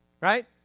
Right